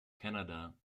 canada